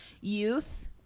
Youth